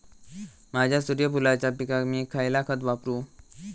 माझ्या सूर्यफुलाच्या पिकाक मी खयला खत वापरू?